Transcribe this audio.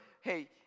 hey